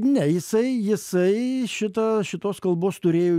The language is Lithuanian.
ne jisai jisai šito šitos kalbos turėjo